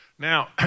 Now